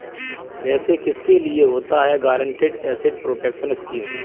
वैसे किसके लिए होता है गारंटीड एसेट प्रोटेक्शन स्कीम?